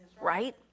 right